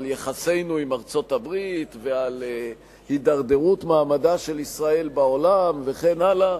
יחסינו עם ארצות-הברית ועל הידרדרות מעמדה של ישראל בעולם וכן הלאה.